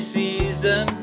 season